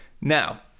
Now